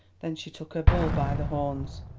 then she took her bull by the horns.